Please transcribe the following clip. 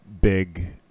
big